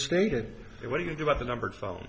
stated what do you do about the number of phone